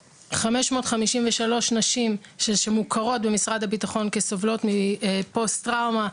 553 נשים שמוכרות במשרד הביטחון כסובלות מפוסט טראומה,